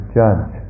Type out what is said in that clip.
judge